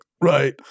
right